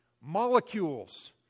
molecules